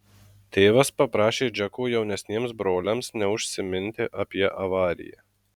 tėvas paprašė džeko jaunesniems broliams neužsiminti apie avariją